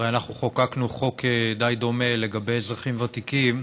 הרי אנחנו חוקקנו חוק די דומה לגבי אזרחים ותיקים,